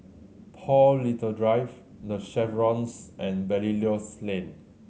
Paul Little Drive The Chevrons and Belilios Lane